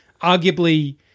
arguably